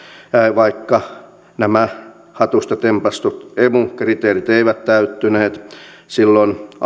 vaikka nämä hatusta tempaistut emu kriteerit eivät täyttyneet silloin